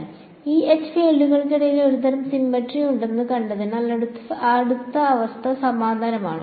E H ഫീൽഡുകൾക്കിടയിൽ ഒരുതരം symmetry ഉണ്ടെന്ന് കണ്ടതിനാൽ അടുത്ത അവസ്ഥ സമാനമാണ്